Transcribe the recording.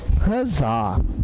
Huzzah